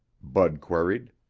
bud queried.